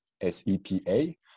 S-E-P-A